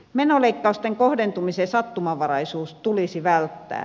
menoleikkausten kohdentumisen sattumanvaraisuus tulisi välttää